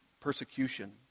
persecution